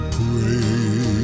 pray